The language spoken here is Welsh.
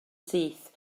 syth